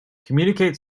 communicate